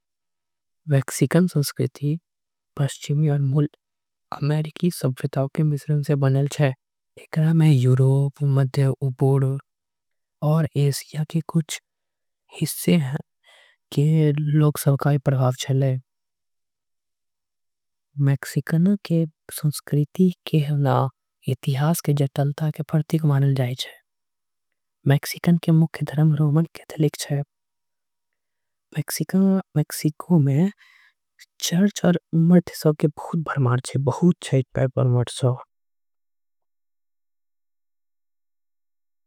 मैक्सिकन संस्कृति अमेरिकन संस्कृति। के मिश्रण से बने छे एकरा में मेक्सिकन। के संस्कृति इतिहास के जटिलता के। प्रतीक माने जाए छीये मैक्सिको में चर्च। के बहुत भरमार छे मैक्सिकन के धर्म रोमन छे।